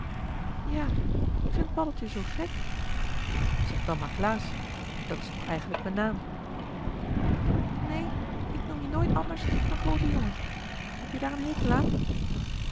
ja k vind paddeltje zoo gek zeg dan maar klaas dat is toch eigenlijk m'n naam neen ik noem je nooit anders dan groote jongen heb-je daar een hekel aan